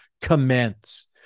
commence